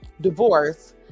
divorce